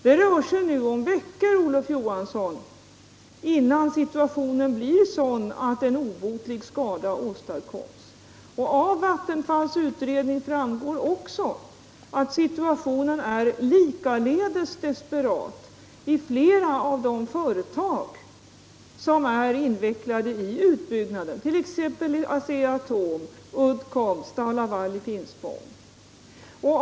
Det rör sig nu om veckor, Olof Johansson, innan situationen blir sådan att en obotlig skada åstadkommes. Av Vattenfalls utredning framgår också att situationen likaledes är desperat i flera av de företag som är invecklade i utbyggnaden, t.ex. Asea-Atom, Uddcomb och STAL LAVAL i Finspång.